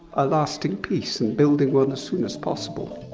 a lasting peace and building one as soon as possible